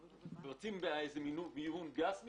מבצעים בה איזה מיון גס מסוים,